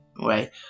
right